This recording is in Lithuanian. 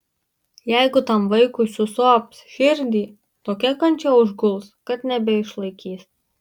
jeigu tam vaikui susops širdį tokia kančia užguls kad nebeišlaikys